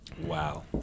Wow